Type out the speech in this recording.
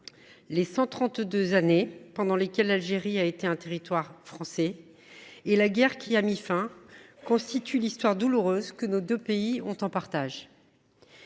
deux années pendant lesquelles l’Algérie a été un territoire français et la guerre qui y a mis fin constituent l’histoire douloureuse que nos deux pays ont en partage.